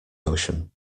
ocean